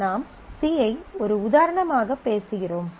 நாம் சி ஐ ஒரு உதாரணமாகப் பேசுகிறோம்